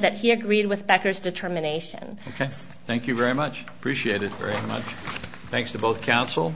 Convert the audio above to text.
that he agreed with backers determination thank you very much appreciated thanks to both counsel